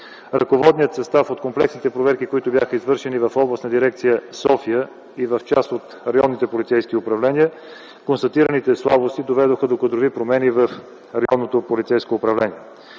Ръководният състав от комплексните проверки, които бяха извършени в Областна дирекция – София, и в част от районните полицейски управления, констатираните слабости доведоха до кадрови промени в Районното полицейско управление.